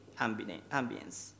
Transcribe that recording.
ambience